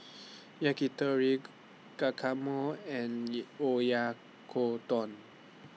Yakitori Guacamole and Oyakodon